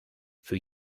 für